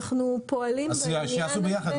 אז שיעשו ביחד.